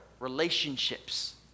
Relationships